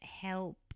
help